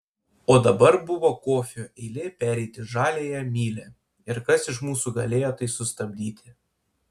o dabar buvo kofio eilė pereiti žaliąja mylia ir kas iš mūsų galėjo tai sustabdyti